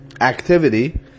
activity